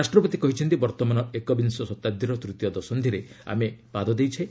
ରାଷ୍ଟ୍ରପତି କହିଛନ୍ତି ବର୍ତ୍ତମାନ ଏକବିଂଶ ଶତାବ୍ଦୀର ତୃତୀୟ ଦଶନ୍ଧିରେ ଆମେ ଉପନୀତ ହୋଇଛେ